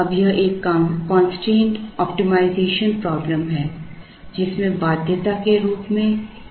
अब यह एक कंस्ट्रेंड ऑप्टिमाइजेशन प्रॉब्लम है जिसमें बाध्यता के रूप में एक असमानता है